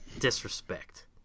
disrespect